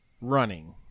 Running